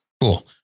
Cool